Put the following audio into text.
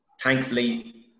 thankfully